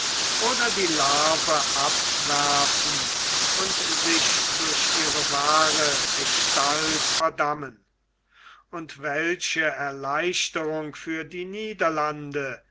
oder die larve abwerfen und sich durch ihre wahre gestalt verdammen und welche erleichterung für die niederlande